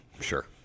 Sure